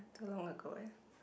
too long ago eh